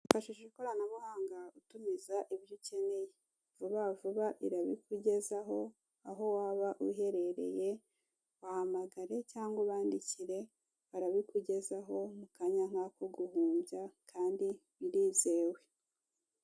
Ifashishe ikoranabuhanga utumiza ibyo ukeneye vubavuba irabikugezaho aho waba uherereye wahamagare cyangwa ubandikire barabikugezaho mukanyaya nk'ako guhumbya kandi birizewe.